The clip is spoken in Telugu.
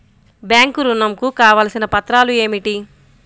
బ్యాంక్ ఋణం కు కావలసిన పత్రాలు ఏమిటి?